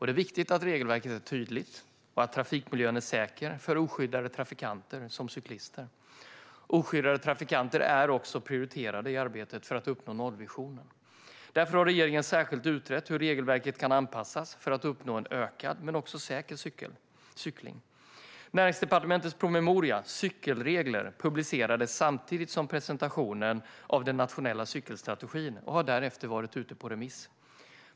Det är viktigt att regelverket är tydligt och trafikmiljön säker för oskyddade trafikanter som cyklister. Oskyddade trafikanter är också prioriterade i arbetet för att uppnå nollvisionen. Därför har regeringen särskilt utrett hur regelverket kan anpassas för att uppnå en ökad och säker cykling. Näringsdepartementets promemoria Cykelregler publicerades samtidigt som presentationen av den nationella cykelstrategin och har därefter varit ute på remiss.